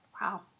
Wow